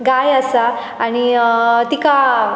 गाय आसा आनी तिका